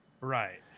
Right